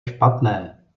špatné